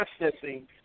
processing